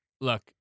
Look